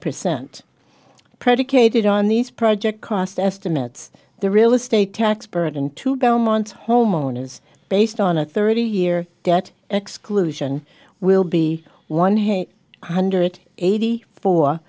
percent predicated on these project cost estimates the real estate tax burden to go months homeowners based on a thirty year debt exclusion will be one hit hundred eighty four